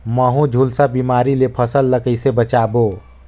महू, झुलसा बिमारी ले फसल ल कइसे बचाबो?